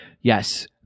Yes